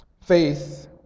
Faith